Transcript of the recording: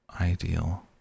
ideal